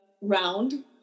round